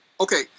Okay